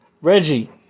Reggie